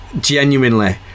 Genuinely